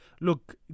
look